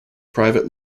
private